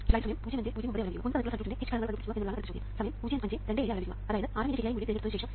മുൻപ് തന്നിട്ടുള്ള സർക്യൂട്ടിൻറെ h ഘടകങ്ങൾ കണ്ടു പിടിക്കുക എന്നുള്ളതാണ് അടുത്ത ചോദ്യം അതായത് Rm ൻറെ ശരിയായ മൂല്യം തിരഞ്ഞെടുത്തതിനു ശേഷം